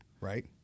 right